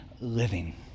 living